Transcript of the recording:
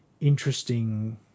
interesting